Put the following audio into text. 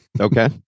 Okay